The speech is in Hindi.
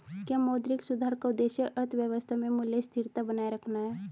क्या मौद्रिक सुधार का उद्देश्य अर्थव्यवस्था में मूल्य स्थिरता बनाए रखना है?